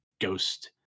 ghost